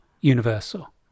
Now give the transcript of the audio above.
universal